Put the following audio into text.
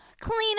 clean